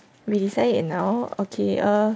we decide it now okay err